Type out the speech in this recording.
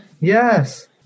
Yes